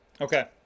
Okay